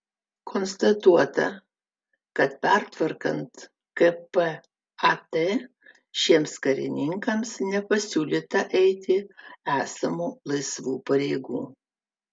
konstatuota kad pertvarkant kpat šiems karininkams nepasiūlyta eiti esamų laisvų pareigų